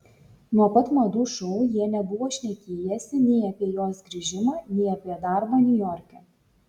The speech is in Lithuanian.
nuo pat madų šou jie nebuvo šnekėjęsi nei apie jos grįžimą nei apie darbą niujorke